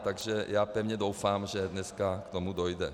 Takže pevně doufám, že dneska k tomu dojde.